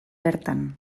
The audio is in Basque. bertan